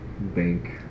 bank